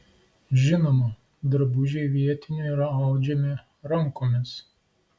žinoma drabužiai vietinių yra audžiami rankomis